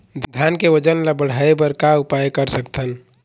धान के वजन ला बढ़ाएं बर का उपाय कर सकथन?